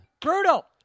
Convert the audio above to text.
Brutal